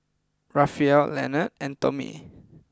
Rafael Lenard and Tomie